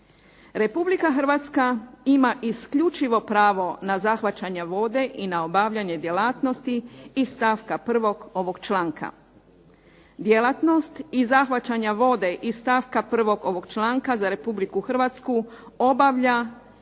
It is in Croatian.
Republika Hrvatska ima isključivo pravo na zahvaćanje vode i na obavljanje djelatnosti iz stavka 1. ovog članka. Djelatnost i zahvaćanja vode iz stavka 1. ovog članka za Republiku Hrvatsku obavlja